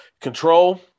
control